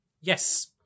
Yes